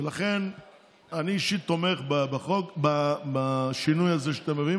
ולכן אני אישית תומך בשינוי הזה שאתם מביאים